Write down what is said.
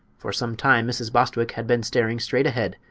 for some time mrs. bostwick had been staring straight ahead,